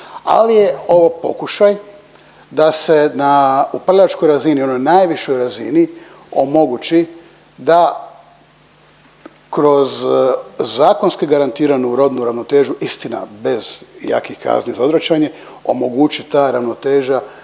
Ali je ovo pokušaj da se na upravljačkoj razini, onoj najvišoj razini omogući da kroz zakonski garantiranu rodnu ravnotežu, istina bez jakih kazni za odvraćanje, omogući ta ravnoteža